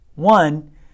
One